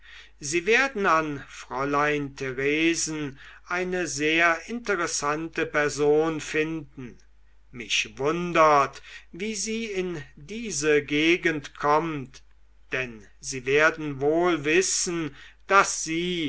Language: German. sie werden an fräulein theresen eine sehr interessante person finden mich wundert wie sie in diese gegend kommt denn sie werden wohl wissen daß sie